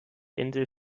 insel